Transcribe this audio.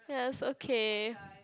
yes okay